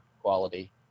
quality